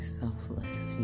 selfless